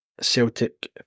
Celtic